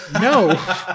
No